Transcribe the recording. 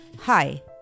Hi